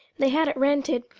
they had it rented.